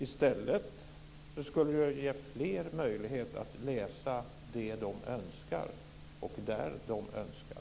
I stället skulle det ju ge fler möjlighet att läsa det som de önskar och där de önskar.